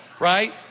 Right